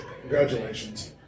Congratulations